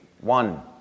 one